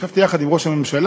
ישבתי יחד עם ראש הממשלה.